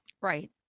Right